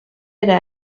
era